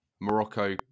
Morocco